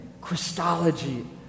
Christology